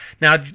Now